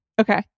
Okay